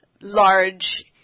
large